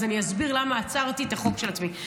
אז אני אסביר למה עצרתי את החוק של עצמי.